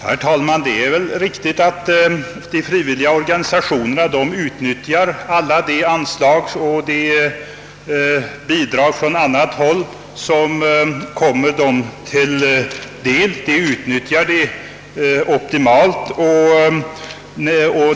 Herr talman! Det är väl riktigt att alla de anslag och bidrag som kommer de frivilliga organisationerna till del utnyttjas optimalt.